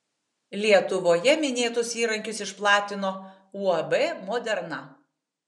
lietuvoje minėtus įrankius išplatino uab moderna